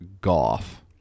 Goff